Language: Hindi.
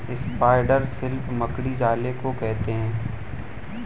स्पाइडर सिल्क मकड़ी जाले को कहते हैं